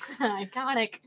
Iconic